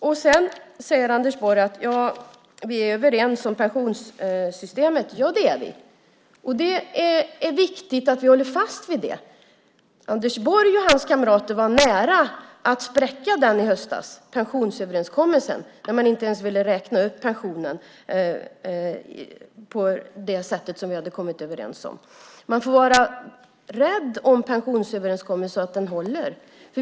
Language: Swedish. Anders Borg säger att vi är överens om pensionssystemet. Ja, det är vi, och det är viktigt att vi håller fast vid det. Anders Borg och hans kamrater var nära att spräcka pensionsöverenskommelsen i höstas när de inte ville räkna upp pensionerna på det sätt som vi kommit överens om. Vi får vara rädda om pensionsöverenskommelsen så att den håller.